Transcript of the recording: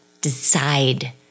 decide